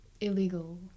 illegal